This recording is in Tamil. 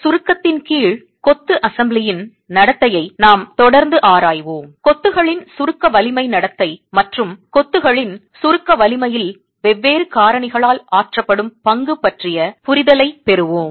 சுருக்கத்தின் கீழ் கொத்து அசெம்பிளியின் நடத்தையை நாம் தொடர்ந்து ஆராய்வோம் கொத்துகளின் சுருக்க வலிமை நடத்தை மற்றும் கொத்துகளின் சுருக்க வலிமையில் வெவ்வேறு காரணிகளால் ஆற்றப்படும் பங்கு பற்றிய புரிதலைப் பெறுவோம்